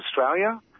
Australia